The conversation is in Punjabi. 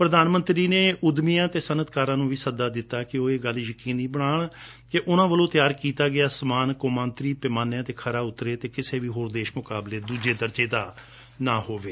ਪ੍ਰਧਾਨ ਮੰਤਰੀ ਨੇ ਉਦਮੀਆਂ ਅਤੇ ਸਨਅਤਕਾਰਾਂ ਨੂੰ ਵੀ ਸੱਦਾ ਦਿੱਆ ਕਿ ਇਹ ਗੱਲ ਯਕੀਨੀ ਬਣਾਈ ਜਾਵੇ ਕਿ ਉਨੂਾਂ ਵਲੋਂ ਤਿਆਰ ਕੀਤਾ ਗਿਆ ਸਮਾਨ ਕੋਮਾਂਤਰੀ ਪੈਮਾਨਿਆਂ ਤੇ ਖਰਾ ਉਤਰੇ ਅਤੇ ਕਿਸੇ ਵੀ ਹੋਰ ਦੇਸ਼ ਮੁਕਾਬਲੇ ਦੂਜੇ ਦਰਜੇ ਦਾ ਨਾ ਹੋਵੇ